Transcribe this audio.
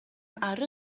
ары